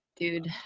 dude